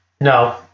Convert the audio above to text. No